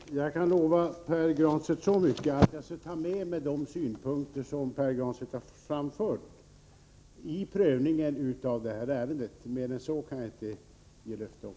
Herr talman! Jag kan lova Pär Granstedt så mycket som att jag skall ta med mig de synpunkter som Pär Granstedt har framfört här vid prövningen av ärendet. Mer än så kan jag inte ge löfte om.